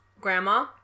Grandma